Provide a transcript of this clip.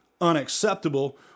unacceptable